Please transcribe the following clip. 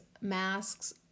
masks